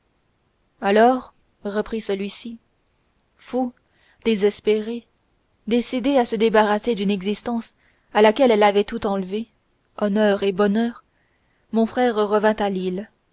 alors reprit celui-ci fou désespéré décidé à se débarrasser d'une existence à laquelle elle avait tout enlevé honneur et bonheur mon pauvre frère revint à